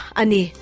ani